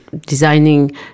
designing